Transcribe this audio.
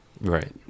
right